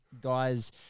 guys